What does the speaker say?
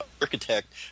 architect